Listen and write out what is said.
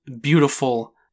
beautiful